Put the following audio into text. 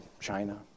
China